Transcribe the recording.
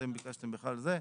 אתם ביקשתם בכלל זה,